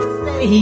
say